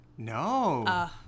No